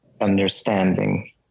understanding